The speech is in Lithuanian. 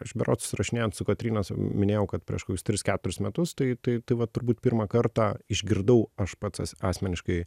aš berods susirašinėjant su kotryna minėjau kad prieš kokius tris keturis metus tai tai tai va turbūt pirmą kartą išgirdau aš pats asmeniškai